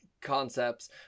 concepts